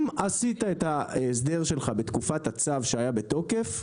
אם עשית את ההסדר שלך בתקופת הצו שהיה בתוקף,